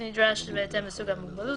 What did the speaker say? כנדרש בהתאם לסוג המוגבלות,